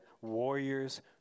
warriors